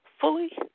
fully